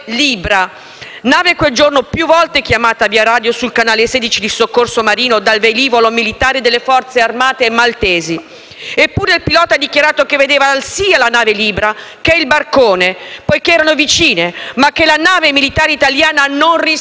nave quel giorno più volte chiamata via radio sul canale 16 di soccorso marittimo dal velivolo militare delle forze armate maltesi. Eppure, il pilota ha dichiarato che vedeva sia la nave Libra che il barcone, poiché erano vicine, ma che la nave militare italiana non rispondeva.